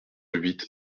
huit